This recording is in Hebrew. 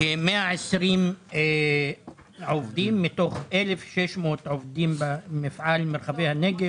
כ-120 עובדים מתוך 1,600 עובדים במפעל ברחבי הנגב